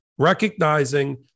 recognizing